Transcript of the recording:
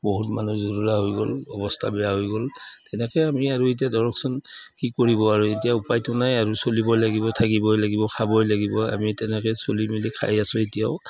বহুত মানুহ জুৰুলা হৈ গ'ল অৱস্থা বেয়া হৈ গ'ল তেনেকে আমি আৰু এতিয়া ধৰকচোন কি কৰিব আৰু এতিয়া উপায়টো নাই আৰু চলিবই লাগিব থাকিবই লাগিব খাবই লাগিব আমি তেনেকে চলি মেলি খাই আছোঁ এতিয়াও